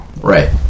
Right